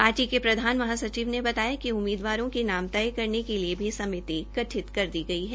party के प्रधान महासचिव ने बताया कि उम्मीदवारों के नाम तय करने के लिए भी समिति गठित कर दी गई है